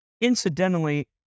incidentally